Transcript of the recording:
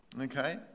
Okay